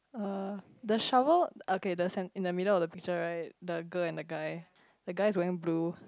uh the shovel okay the cen~ in the middle of the picture right the girl and guy the guy is wearing blue